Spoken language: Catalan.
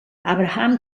abraham